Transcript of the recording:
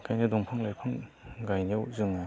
ओंखायनो दंफां लाइफां गायनायाव जोङो